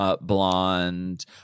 blonde